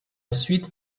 suite